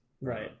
Right